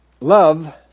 Love